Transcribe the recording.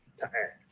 to act.